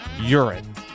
urine